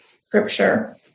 scripture